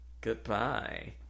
goodbye